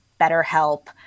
BetterHelp